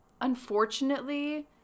unfortunately